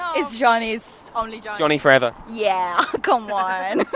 it's johnny, it's only johnny. johnny forever. yeah, come like